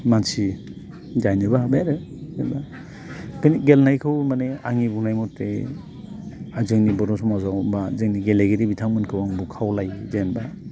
मानसि जाहैनोबो हाबाय आरो जेनेबा ओंखायनो गेलेनायखौ माने आंनि बुंनाय मथे जोंनि बर' समाजाव बा जोंनि गेलेगिरि बिथांमोनखौ आंबो खावलायो जेनेबा